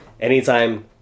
anytime